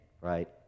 right